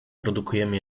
produkujemy